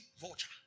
vulture